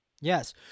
Yes